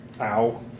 Ow